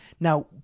Now